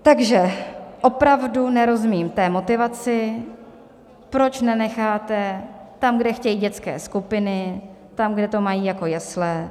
Takže opravdu nerozumím té motivaci, proč nenecháte tam, kde chtějí dětské skupiny, tam, kde to mají jako jesle.